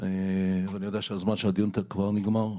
אני יודע שזמן הדיון כבר נגמר,